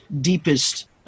deepest